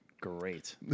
Great